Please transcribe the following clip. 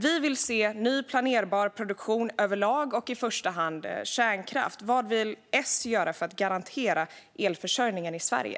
Vi vill se ny, planerbar produktion överlag, i första hand kärnkraft. Vad vill S göra för att garantera elförsörjningen i Sverige?